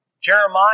Jeremiah